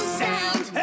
sound